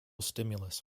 stimulus